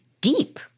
deep